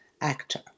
actor